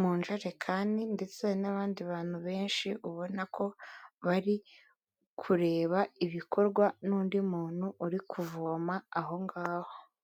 mu njerekani ndetse n'abandi bantu benshi ubona ko bari kureba ibikorwa n'undi muntu uri kuvoma aho ngaho.